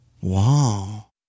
Wow